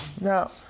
now